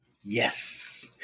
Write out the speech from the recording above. Yes